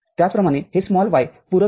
त्याचप्रमाणे हे y पूरक आहे